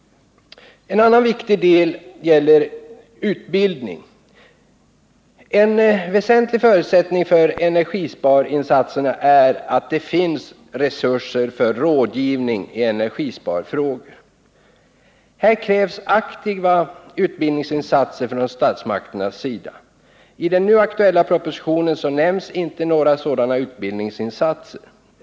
En annan viktig del gäller utbildning. En väsentlig förutsättning för energisparinsatserna är att det finns resurser för rådgivning i energisparfrågor. Här krävs aktiva utbildningsinsatser från statsmakternas sida. I den nu aktuella propositionen nämns inte några sådana utbildningsinsatser.